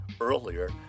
earlier